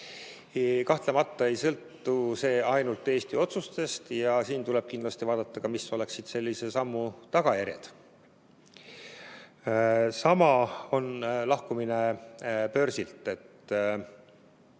Kahtlemata ei sõltu see ainult Eesti otsustest ja siin tuleb kindlasti vaadata ka seda, mis oleksid sellise sammu tagajärjed. Sama on börsilt